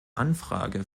anfrage